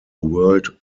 world